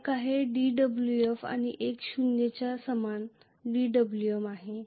एक आहे dWf आणि एक शून्य च्या समान dWm आहे